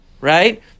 Right